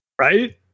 Right